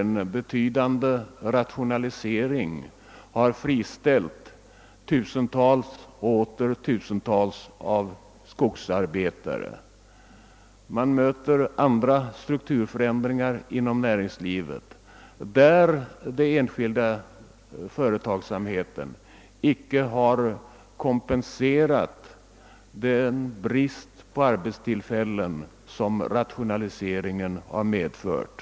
En betydande rationalisering har friställt tusentals och åter tusentals skogsarbetare. Det förekommer också strukturförändringar på andra områden inom näringslivet där den enskilda företagsamheten icke har kompenserat den minskning av antalet arbetstillfällen som rationaliseringen har medfört.